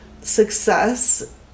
success